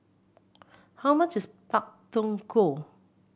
how much is Pak Thong Ko